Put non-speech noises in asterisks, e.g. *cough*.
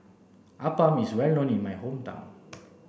Appam is well known in my hometown *noise*